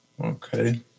Okay